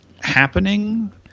happening